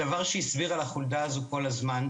הדבר שהיא הסבירה לחולדה הזו כל הזמן,